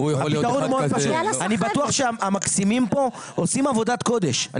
אני בטוח שהמקסימים פה עושים עבודת קודש,